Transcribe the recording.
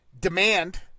demand